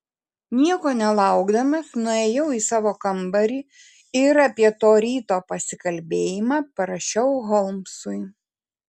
nieko nelaukdamas nuėjau į savo kambarį ir apie to ryto pasikalbėjimą parašiau holmsui